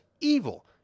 evil